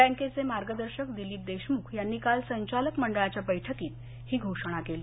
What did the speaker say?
बँकेचे मार्गदर्शक दिलीप देशमुख यांनी काल संचालक मंडळाच्या बैठकीत ही घोषणा केली